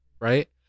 right